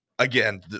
Again